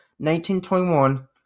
1921